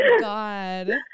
god